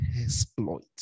exploit